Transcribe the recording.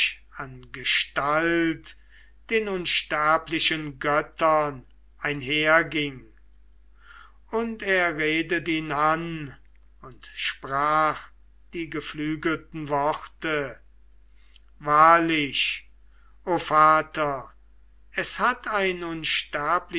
an gestalt den unsterblichen göttern einherging und er redet ihn an und sprach die geflügelten worte wahrlich o vater es hat ein